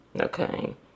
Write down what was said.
Okay